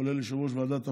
כולל יושב-ראש ועדת הפנים,